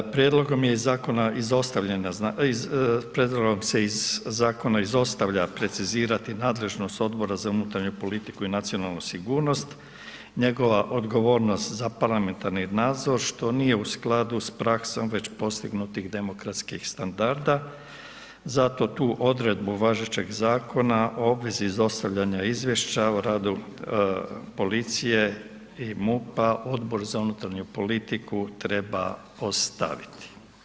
Prijedlogom je iz zakona izostavljena, prijedlogom se zakona izostavlja precizirati nadležnost Odbora za unutarnju politiku i nacionalnu sigurnost, njegova odgovornost za parlamentarni nadzor, što nije u skladu sa praksom, već postignutih demokratskih standarda, zato tu odredbu važećeg zakona o obvezi izostavljanja izvješća o radu policije i MUP-a Odbor za unutarnju politiku treba ostaviti.